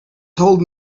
told